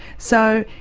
so,